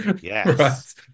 Yes